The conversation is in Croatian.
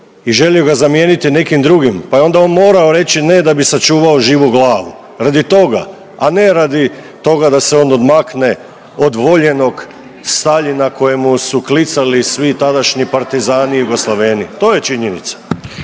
i želio ga zamijeniti nekim drugim pa je onda on morao reći ne da bi sačuvao živu glavu. Radi toga, a ne radi toga da se on odmakne od voljenog Staljina kojemu su klicali svi tadašnji partizani i Jugoslaveni. To je činjenica.